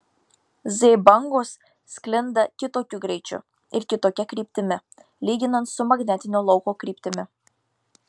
z bangos sklinda kitokiu greičiu ir kitokia kryptimi lyginant su magnetinio lauko kryptimi